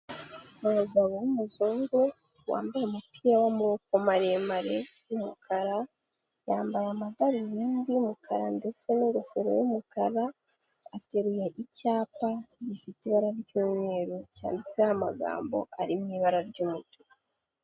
Umugabo w'umuzungu wambaye umupira w'amaboko maremare y'umukara, yambaye amadarubindi y'umukara ndetse n'ingofero y'umukara, aterunye icyapa gifite ibara ry'umweru cyanditseho amagambo, ari mu ibara ry'umutuku.